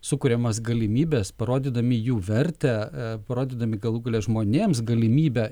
sukuriamas galimybes parodydami jų vertę parodydami galų gale žmonėms galimybę